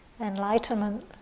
enlightenment